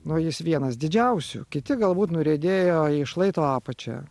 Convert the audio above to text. nu jis vienas didžiausių kiti galbūt nuriedėjo į šlaito apačią